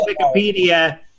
Wikipedia